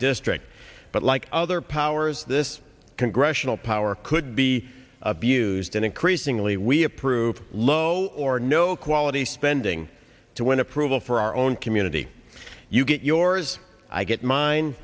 district but like other powers this congressional power could be abused and increasingly we approve low or no quality spending to win approval for our own community you get yours i get mine